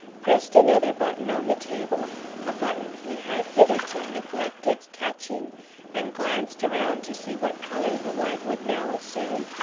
pressed another button on the table a button he had hitherto neglected touching and glanced around to see what color the light would now assume.